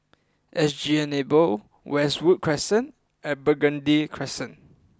SG Enable Westwood Crescent and Burgundy Crescent